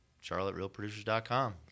charlotterealproducers.com